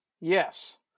Yes